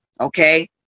Okay